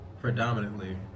predominantly